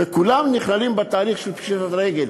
וכולם נכללים בתהליך של פשיטת רגל.